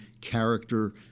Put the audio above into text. character